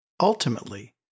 Ultimately